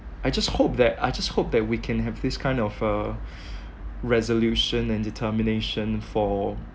I just hope that I just hope that we can have this kind of uh resolution and determination for